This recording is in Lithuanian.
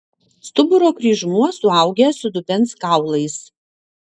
stuburo kryžmuo suaugęs su dubens kaulais